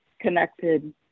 connected